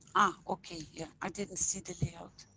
ah, okay. yeah i didn't see the layout.